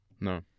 No